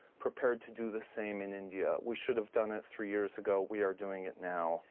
prepared to do the same in india. we should have done it three years ago. we are doing it now.